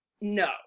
No